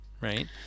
right